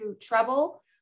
trouble